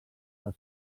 les